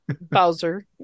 Bowser